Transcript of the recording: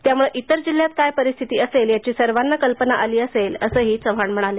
त्यामुळं इतर जिल्ह्यात काय परिस्थिती असेल याची सर्वाना कल्पना आली असेल असंही ते म्हणाले